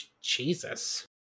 Jesus